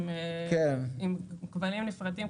עם כבלים נפרדים.